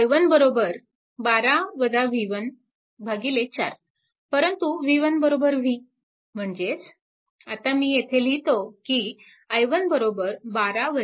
i1 4 परंतु v1 v म्हणजेच आता मी येथे लिहितो की i1 4